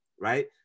right